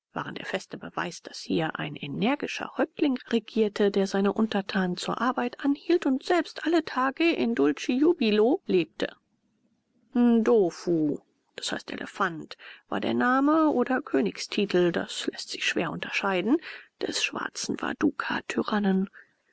waren der beste beweis daß hier ein energischer häuptling regierte der seine untertanen zur arbeit anhielt und selbst alle tage in dulci jubilo lebte ndofu d i elefant war der name oder königstitel das läßt sich schwer unterscheiden des schwarzen